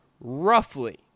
roughly